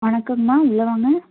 வணக்கங்ம்மா உள்ளே வாங்க